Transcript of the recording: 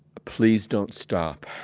please don't stop.